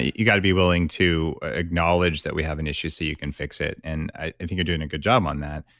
you got to be willing to acknowledge that we have an issue so you can fix it. and i think you're doing a good job on that.